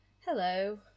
Hello